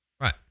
right